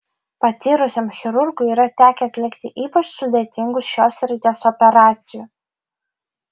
patyrusiam chirurgui yra tekę atlikti ypač sudėtingų šios srities operacijų